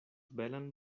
belan